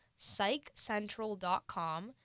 psychcentral.com